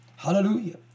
Hallelujah